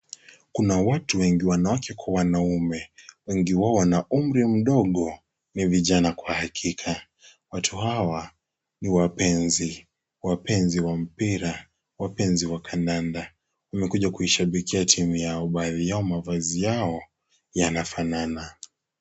Kuna watu wengi wanawake kwa wanaume wengi wao wana umri mdogo ni vijana kwa hakika . Watu hawa ni wapenzi , wapenzi wa mpira , wapenzi wa kandanda . Wamekuja kuishabikia timu yao . Baadhi yao mavazi yao yanafanana.